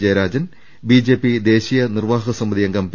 Jayarajan BJP ദേശീയ നിർവാഹക സമിതി അംഗം പി